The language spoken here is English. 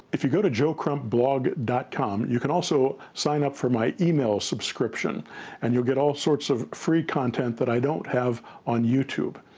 if you go to joecrumpblog dot com you can also sign up for my email subscription and you'll get all sorts of free content that i don't have on youtube.